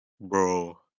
Bro